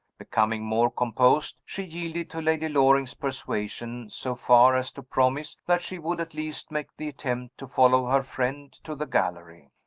becoming more composed, she yielded to lady loring's persuasion so far as to promise that she would at least make the attempt to follow her friend to the gallery.